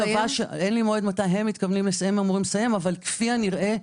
אין לי מועד מתי הם אמורים לסיים אבל כפי הנראה,